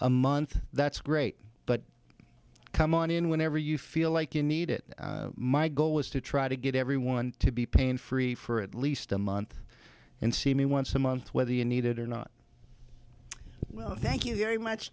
a month that's great but come on in whenever you feel like you need it my goal is to try to get everyone to be pain free for at least a month and see me once a month whether you need it or not well thank you very much